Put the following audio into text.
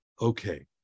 okay